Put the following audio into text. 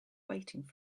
waiting